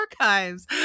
archives